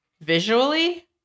visually